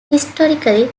historically